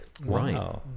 Right